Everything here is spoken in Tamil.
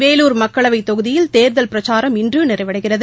வேலூர் மக்களவைத் தொகுதியில் தேர்தல் பிரச்சாரம் இன்றுநிறைவடைகிறது